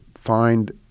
find